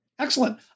Excellent